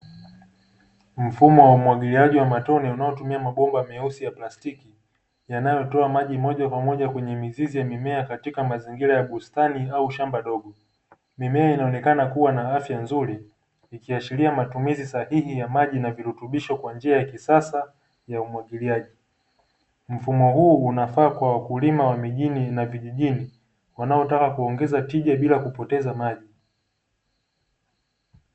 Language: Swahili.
Mfumo wa umwagiliaji wa matone unaotumia mabomba meusi ya plastiki yanayotoa maji moja kwa moja kwenye mizizi ya mimea katika mazingira ya bustani au shamba dogo. Mimea inaonekana kuwa na afya nzuri ikiashiria matumizi sahihi ya maji na virutubisho kwa njia ya kisasa ya umwagiliaji. Mfumo huu unafaa kwa wakulima wa mijini na vijijini wanaotaka kuongeza tija bila kupoteza maji.